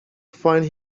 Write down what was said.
find